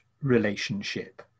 relationship